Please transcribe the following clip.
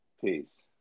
Peace